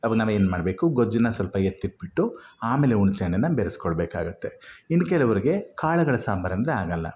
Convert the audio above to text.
ಅವಾಗ್ ನಾವೇನ್ ಮಾಡಬೇಕು ಗೊಜ್ಜನ್ನು ಸ್ವಲ್ಪ ಎತ್ತಿಟ್ಬಿಟ್ಟು ಆಮೇಲೆ ಹುಣ್ಸೆ ಹಣ್ಣನ್ನ ಬೆರೆಸಿಕೊಳ್ಬೇಕಾಗತ್ತೆ ಇನ್ನು ಕೆಲವರಿಗೆ ಕಾಳುಗಳ ಸಾಂಬಾರು ಅಂದರೆ ಆಗಲ್ಲ